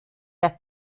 der